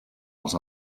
als